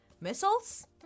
Missiles